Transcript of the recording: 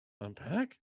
unpack